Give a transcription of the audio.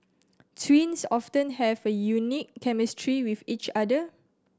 twins often have a unique chemistry with each other